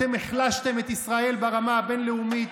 אתם החלשתם את ישראל ברמה הבין-לאומית,